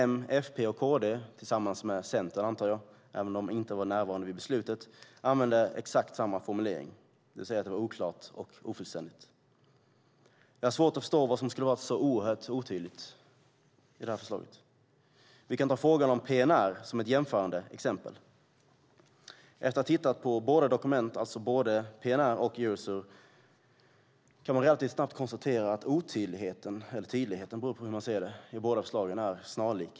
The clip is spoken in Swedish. M, FP och KD - tillsammans med Centern, antar jag, även om de inte var närvarande vid beslutet - använde exakt samma formulering, det vill säga att det var "oklart och ofullständigt". Jag har svårt att förstå vad som skulle vara otydligt i förslaget. Vi kan ta frågan om PNR som ett jämförande exempel. Efter att ha tittat på båda dokumenten, alltså både PNR och Eurosur, kan man relativt snabbt konstatera att otydligheten, eller tydligheten, i båda förslagen är snarlik.